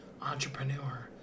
entrepreneur